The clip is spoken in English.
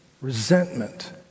resentment